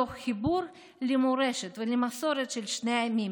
תוך חיבור למורשת ולמסורת של שני העמים